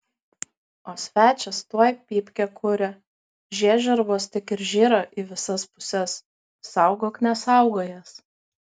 o svečias tuoj pypkę kuria žiežirbos tik ir žyra į visas puses saugok nesaugojęs